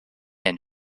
and